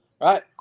right